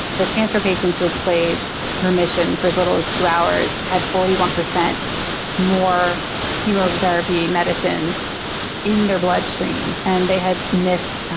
the cancer patients who had played remission for as little as two hours had forty one percent more chemotherapy medicine in their bloodstream and they had missed